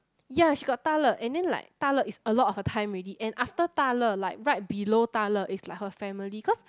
ya she got Da-Le and then like Da-Le is a lot of her time already and after Da-Le like right below Da-Le is like her family cause